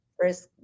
first